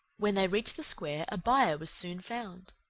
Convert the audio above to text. when they reached the square, a buyer was soon found.